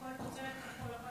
הכול תוצרת כחול-לבן.